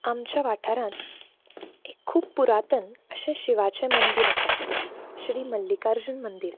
आमच्या वाठारांत एक खूब पुरातन अशें शिवाचें मंदीर आसा श्री मल्लिकार्जून मंदीर